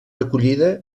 recollida